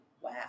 Wow